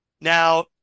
Now